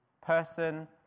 Person